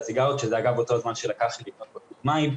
סיגריות שזה אגב אותו זמן שלקח לי לקנות בקבוק מים,